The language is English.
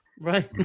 Right